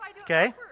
okay